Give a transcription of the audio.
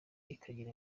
ikagira